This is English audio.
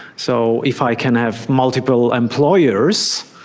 so if i can have multiple employers,